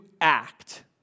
act